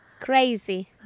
Crazy